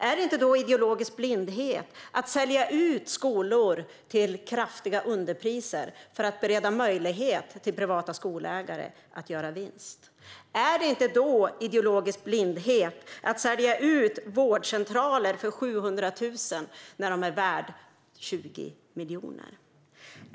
Är det inte ideologisk blindhet att sälja ut skolor till kraftiga underpriser för att bereda privata skolägare möjlighet att göra vinst? Är det inte ideologisk blindhet att sälja ut vårdcentraler för 700 000 när de är värda 20 miljoner?